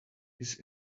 his